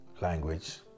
language